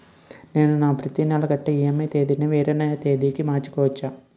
నేను నా ప్రతి నెల కట్టే ఈ.ఎం.ఐ ఈ.ఎం.ఐ తేదీ ని వేరే తేదీ కి మార్చుకోవచ్చా?